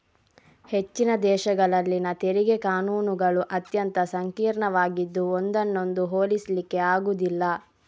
ಹೆಚ್ಚಿನ ದೇಶಗಳಲ್ಲಿನ ತೆರಿಗೆ ಕಾನೂನುಗಳು ಅತ್ಯಂತ ಸಂಕೀರ್ಣವಾಗಿದ್ದು ಒಂದನ್ನೊಂದು ಹೋಲಿಸ್ಲಿಕ್ಕೆ ಆಗುದಿಲ್ಲ